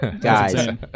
Guys